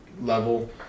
level